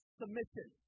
submission